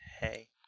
Hey